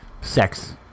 sex